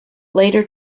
later